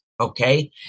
okay